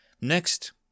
Next